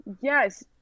Yes